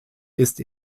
ist